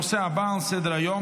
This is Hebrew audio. הנושא הבא על סדר-היום,